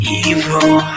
evil